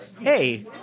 Hey